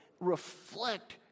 reflect